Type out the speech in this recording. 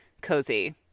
cozy